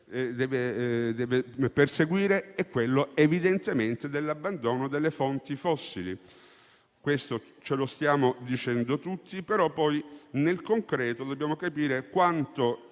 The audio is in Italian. deve perseguire sono quelli dell'abbandono delle fonti fossili: ce lo stiamo dicendo tutti, ma poi nel concreto dobbiamo capire quanto